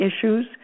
issues